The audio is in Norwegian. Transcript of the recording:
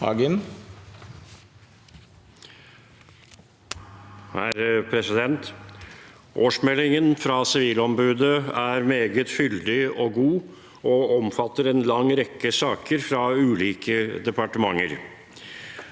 Årsmeldingen fra Sivilombudet er meget fyldig og god og omfatter en lang rekke saker fra ulike departementer.